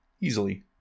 Easily